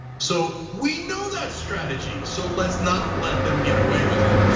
so we know that strategy, so let's not let them get away with it.